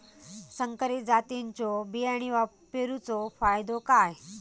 संकरित जातींच्यो बियाणी पेरूचो फायदो काय?